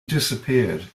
disappeared